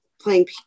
playing